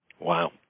Wow